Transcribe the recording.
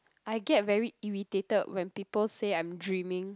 I get very irritated when people say I'm dreaming